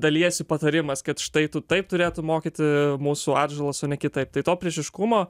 dalijasi patarimais kad štai tu taip turėtum mokyti mūsų atžalas o ne kitaip tai to priešiškumo